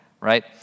Right